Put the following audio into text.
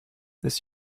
this